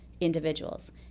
individuals